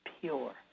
pure